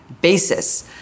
basis